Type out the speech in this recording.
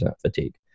fatigue